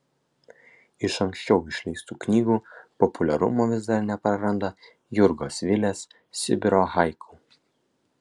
iš anksčiau išleistų knygų populiarumo vis dar nepraranda jurgos vilės sibiro haiku